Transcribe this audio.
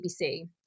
BBC